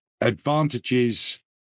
advantages